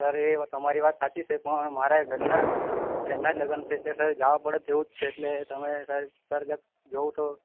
sir એ હવે તમારી વાત સાચી છે પણ મારે ઘરના બેનના જ લગ્ન છે તે સર જાવા પડે તેવું જ છે એટલે તમે સાહેબ ફરજિયાત જોઉ તો